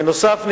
בנוסף,